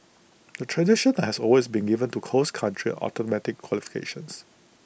the tradition has always been given to cost country automatic qualifications